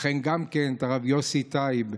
וגם כן את הרב יוסי טייב,